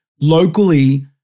locally –